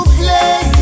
play